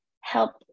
help